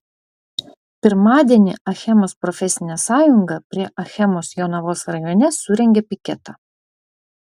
pirmadienį achemos profesinė sąjunga prie achemos jonavos rajone surengė piketą